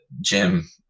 Jim